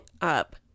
up